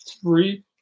three